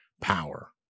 power